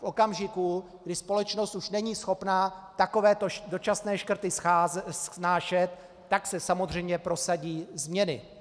V okamžiku, kdy společnost už není schopná takovéto dočasné škrty snášet, tak se samozřejmě prosadí změny.